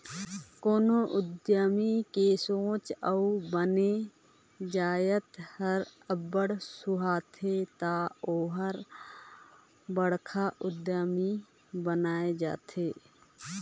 कोनो उद्यमी के सोंच अउ बने जाएत हर अब्बड़ सुहाथे ता ओहर बड़खा उद्यमी बइन जाथे